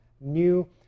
new